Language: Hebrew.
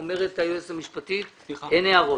אומרת היועצת המשפטית שלעמוד 2 אין הערות.